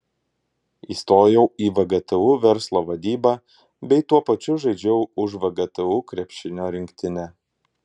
įstojau į vgtu verslo vadybą bei tuo pačiu žaidžiau už vgtu krepšinio rinktinę